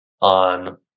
on